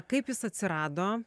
kaip jis atsirado